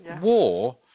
war